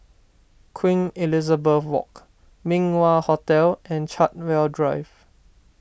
Queen Elizabeth Walk Min Wah Hotel and Chartwell Drive